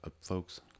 folks